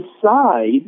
decide